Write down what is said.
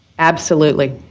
absolutely.